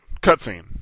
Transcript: cutscene